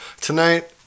Tonight